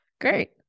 great